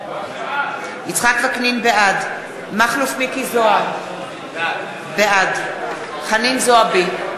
בעד מכלוף מיקי זוהר, בעד חנין זועבי,